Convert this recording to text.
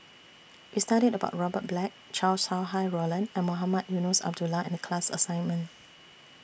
We studied about Robert Black Chow Sau Hai Roland and Mohamed Eunos Abdullah in The class assignment